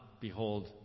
behold